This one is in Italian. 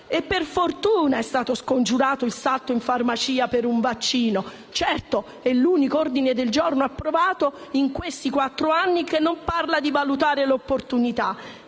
E per fortuna è stato scongiurato il salto in farmacia per un vaccino. Certo, è l'unico ordine del giorno approvato in questi quattro anni che non parla di «valutare l'opportunità».